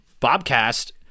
Bobcast